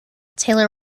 taylor